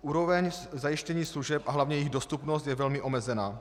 Úroveň zajištění služeb a hlavně jejich dostupnost je velmi omezená.